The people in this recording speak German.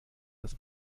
das